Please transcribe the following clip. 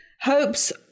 Hope's